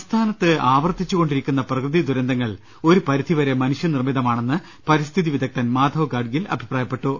സംസ്ഥാനത്ത് ആവർത്തിച്ചുകൊണ്ടിരിക്കുന്ന പ്രകൃതി ദുരന്തങ്ങൾ ഒരു പരിധിവരെ മനുഷ്യനിർമിതമാ ണെന്ന് പരിസ്ഥിതി വിദഗ്ദ്ധൻ മാധവ് ഗാഡ്ഗിൽ അഭിപ്രായപ്പെട്ടു